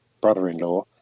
brother-in-law